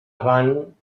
avant